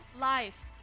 life